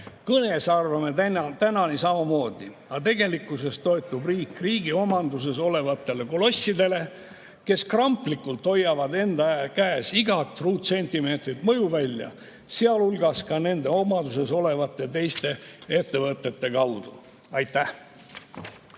Kõnes arvame täna samamoodi, aga tegelikkuses toetub riik riigi omanduses olevatele kolossidele, kes kramplikult hoiavad enda käes igat ruutsentimeetrit mõjuvälja, sealhulgas nende omanduses olevate teiste ettevõtete kaudu. Aitäh!